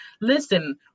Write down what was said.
listen